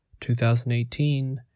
2018